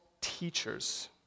teachers